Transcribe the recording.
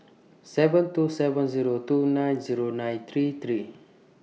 seven two seven Zero two nine Zero nine three three